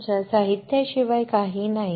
तुमच्या साहित्याशिवाय काहीही नाही